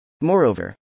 Moreover